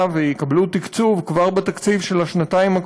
ויקבלו תקצוב כבר בתקציב של השנתיים הקרובות,